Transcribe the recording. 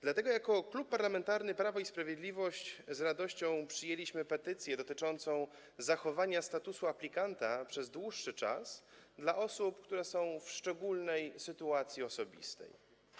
Dlatego jako Klub Parlamentarny Prawo i Sprawiedliwość z radością przyjęliśmy petycję dotyczącą zachowania statusu aplikanta przez dłuższy czas w przypadku osób, które są w szczególnej sytuacji osobistej.